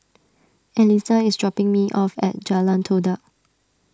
Elizah is dropping me off at Jalan Todak